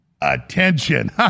attention